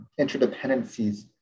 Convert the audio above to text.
interdependencies